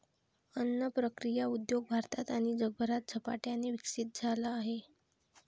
अन्न प्रक्रिया उद्योग भारतात आणि जगभरात झपाट्याने विकसित झाला आहे